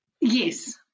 yes